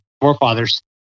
forefathers